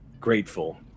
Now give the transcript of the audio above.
grateful